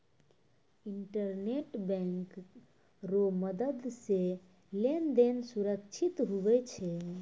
internet bank रो मदद से लेन देन सुरक्षित हुवै छै